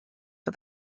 for